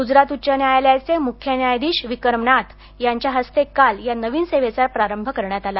गुजरात उच्च न्यायालयाचे मुख्य न्यायधीश विक्रम नाथ यांच्या हस्ते काल या नवीन सेवेचा प्रारंभ करण्यात आला